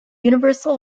universal